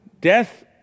death